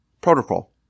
protocol